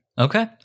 okay